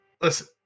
Listen